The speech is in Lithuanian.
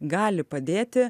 gali padėti